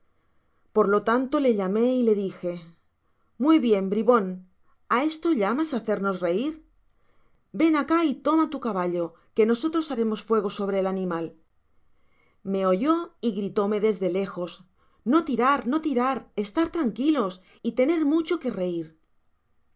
por lo tanto le llamé y le dije muy bien bribon á esto llamas hacernos reir ven acá y toma tu caballo que nosotros haremos fuego sobre el animal me oyó y gritóme desde lejos qno tirar no tirar estar tranquilos y tener mucho que reir